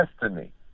destiny